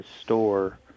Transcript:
store